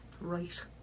Right